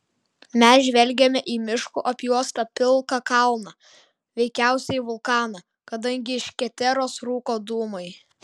mes žvelgėme į miškų apjuostą pilką kalną veikiausiai vulkaną kadangi iš keteros rūko dūmai